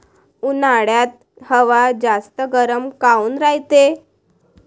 उन्हाळ्यात हवा जास्त गरम काऊन रायते?